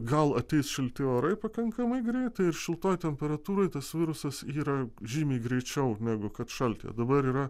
gal ateis šilti orai pakankamai greitai ir šiltoj temperatūroj tas virusas yra žymiai greičiau negu kad šaltyje dabar yra